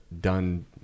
done